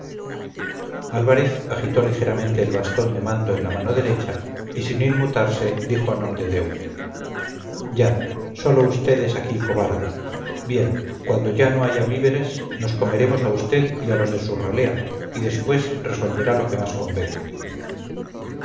álvarez agitó ligeramente el bastón de mando en la mano derecha y sin inmutarse dijo a nomdedeu ya sólo usted es aquí cobarde bien cuando ya no haya víveres nos comeremos a usted y a los de su ralea y después resolveré lo que más convenga